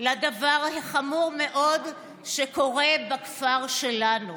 לדבר החמור מאוד שקורה בכפר שלנו.